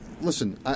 listen